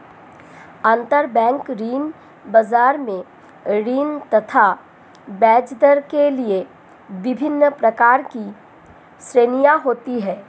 अंतरबैंक ऋण बाजार में ऋण तथा ब्याजदर के लिए विभिन्न प्रकार की श्रेणियां होती है